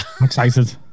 excited